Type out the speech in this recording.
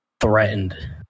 threatened